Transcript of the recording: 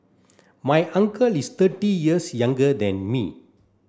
my uncle is thirty years younger than me